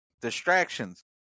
Distractions